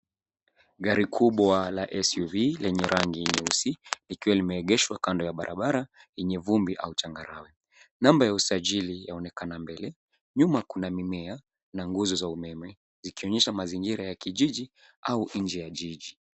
Gari kubwa la SUV lenye rangi nyeusi likiwa limeegeshwa kando ya barabara yenye vumbi au changarawe. Namba ya usajili yaonekana mbele, nyuma kuna mimea na nguzo za umeme zikionyesha mazingira ya kijiji au nje ya jiji.